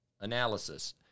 analysis